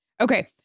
Okay